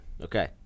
Okay